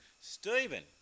Stephen